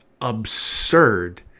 absurd